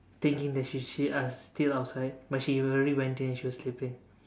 thinking that she's still out still outside but she already went in and she was sleeping